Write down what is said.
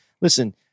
listen